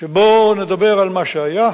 שבו נדבר על מה שהיה,